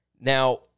Now